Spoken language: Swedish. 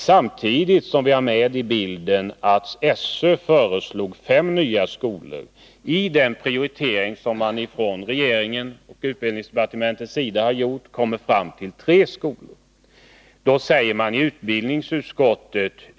Samtidigt skall vi ha med i bilden att SÖ föreslagit fem nya skolor, medan utbildningsdepartementet i sin prioritering kommit fram till att det bör vara tre skolor.